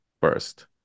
first